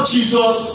Jesus